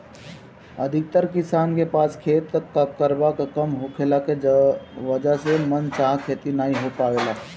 अधिकतर किसान के पास खेत कअ रकबा कम होखला के वजह से मन चाहा खेती नाइ हो पावेला